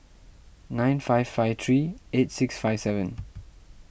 nine five five three eight six five seven